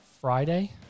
Friday